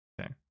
okay